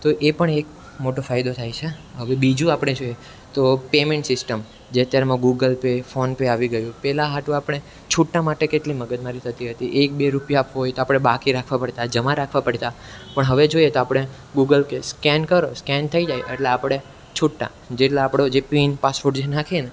તો એ પણ એક મોટો ફાયદો થાય છે હવે બીજું આપણે જોઈએ તો પેમેન્ટ સિસ્ટમ જે અત્યારમાં ગૂગલ પે ફોનપે આવી ગયું પહેલાં હતું આપણે છૂટા માટે કેટલી મગજમારી થતી હતી એક બે રૂપિયા હોય તો આપણે બાકી રાખવા પડતા જમા રાખવા પડતા પણ હવે જોઈએ તો આપણે ગૂગલ કે સ્કેન થઈ જાય એટલે આપણે છૂટા જેટલા આપણો જે પિન પાસવર્ડ જે નાખીએ ને